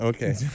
Okay